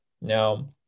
Now